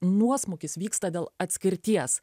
nuosmukis vyksta dėl atskirties